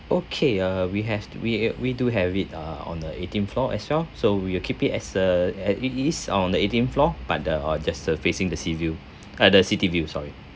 okay uh we have we we do have it uh on the eighteenth floor as well so we will keep it as a as it is on the eighteen floor but the or just facing the sea view uh the city view sorry